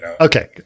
Okay